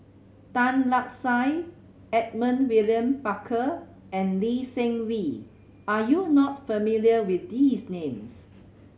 Tan Lark Sye Edmund William Barker and Lee Seng Wee are you not familiar with these names